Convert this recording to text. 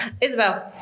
Isabel